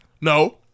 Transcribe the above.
No